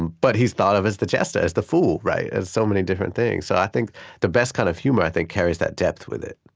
but he's thought of as the jester, as the fool, right, as so many different things. so i think the best kind of humor, i think, carries that depth with it